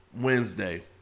Wednesday